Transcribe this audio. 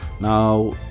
Now